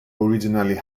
originally